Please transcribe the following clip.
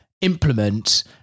implement